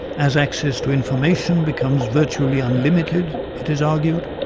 as access to information becomes virtually unlimited, it is argued,